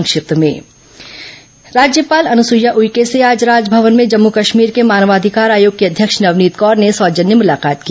संक्षिप्त समाचार राज्यपाल अनुसुईया उइके से आज राजभवन में जम्मू कश्मीर के मानवाधिकार आयोग की अध्यक्ष नवनीत कौर ने सौजन्य मुलाकात की